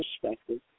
perspective